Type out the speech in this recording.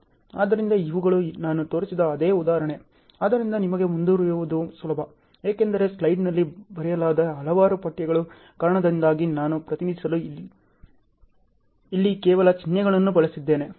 ಆದ್ದರಿಂದ ಇವುಗಳು ನಾನು ತೋರಿಸಿದ ಅದೇ ಉದಾಹರಣೆ ಆದ್ದರಿಂದ ನಿಮಗೆ ಮುಂದುವರಿಯುವುದು ಸುಲಭ ಏಕೆಂದರೆ ಸ್ಲೈಡ್ನಲ್ಲಿ ಬರೆಯಲಾದ ಹಲವಾರು ಪಠ್ಯಗಳ ಕಾರಣದಿಂದಾಗಿ ನಾನು ಪ್ರತಿನಿಧಿಸಲು ಇಲ್ಲಿ ಕೇವಲ ಚಿಹ್ನೆಗಳನ್ನು ಬಳಸುತ್ತಿದ್ದೇನೆ